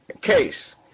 case